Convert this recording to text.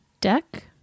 deck